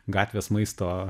gatvės maisto